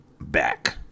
back